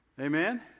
Amen